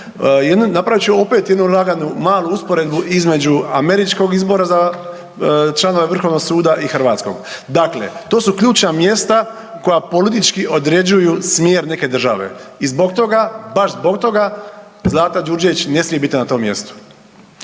napravit ću opet jednu nagradnu malu usporedbu između američkog izbora za članove Vrhovnog suda i hrvatskog. Dakle, to su ključna mjesta koja politički određuju smjer neke države i zbog toga, baš zbog toga Zlata Đurđević ne smije biti na tom mjestu.